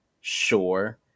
Sure